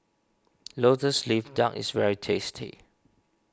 Lotus Leaf Duck is very tasty